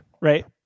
right